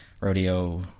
rodeo